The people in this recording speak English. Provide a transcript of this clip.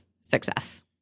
success